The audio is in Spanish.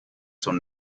son